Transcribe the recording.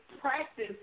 practice